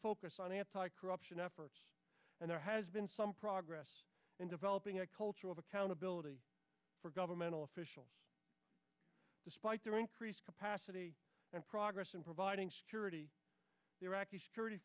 focus on anti corruption efforts and there has been some progress in developing a culture of accountability for governmental officials despite their increased capacity and progress in providing security the iraqi security